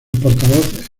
portavoz